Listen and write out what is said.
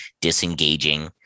disengaging